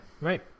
Right